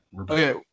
Okay